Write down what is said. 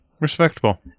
Respectable